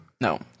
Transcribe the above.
no